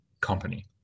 company